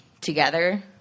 Together